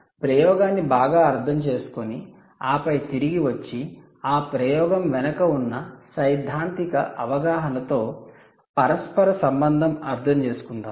ప్రయోగాన్ని బాగా అర్థం చేసుకోని ఆపై తిరిగి వచ్చి ఆ ప్రయోగం వెనుక ఉన్న సైద్ధాంతిక అవగాహనతో పరస్పర సంబంధం అర్థంచేసుకుందాము